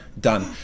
done